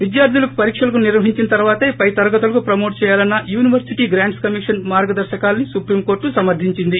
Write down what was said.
విద్యార్థులకు పరీక్షలు నిర్వహించిన తర్వాతే పై తరగతులకు ప్రమోట్ చేయాలన్న యూనివర్పిటీ గ్రాంట్స్ కమిషన్ మార్గదర్శకాల్సి సుప్రీంకోర్టు సమర్దించింది